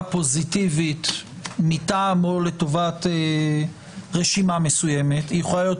פוזיטיבית מטעם או לטובת רשימה מסוימת והיא יכולה להיות